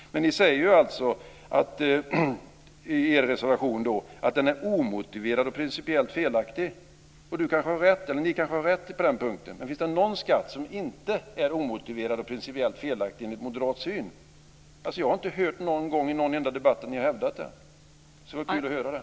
Men ni säger i er reservation att båtskatten är omotiverad och principiellt felaktig. Ni kanske har rätt på den punkten. Men finns det någon skatt som inte är omotiverad och principiellt felaktig enligt moderat syn? Jag har inte hört någon gång i någon enda debatt att ni har hävdat det. Det skulle vara kul att höra det.